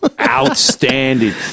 Outstanding